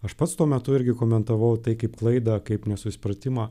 aš pats tuo metu irgi komentavau tai kaip klaidą kaip nesusipratimą